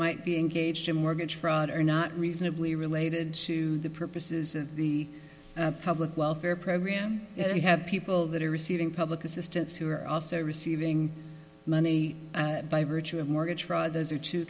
might be engaged in mortgage fraud or not reasonably related to the purposes of the public welfare program you have people that are receiving public assistance who are also receiving money by virtue of mortgage fraud those are two